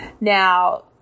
Now